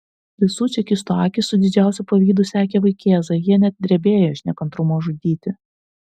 visų čekistų akys su didžiausiu pavydu sekė vaikėzą jie net drebėjo iš nekantrumo žudyti